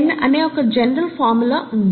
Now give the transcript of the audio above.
n అనే ఒక general formula ఉంది